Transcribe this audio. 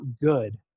good